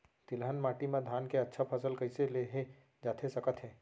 तिलहन माटी मा धान के अच्छा फसल कइसे लेहे जाथे सकत हे?